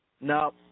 No